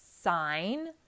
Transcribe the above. sign-